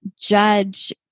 judge